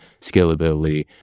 scalability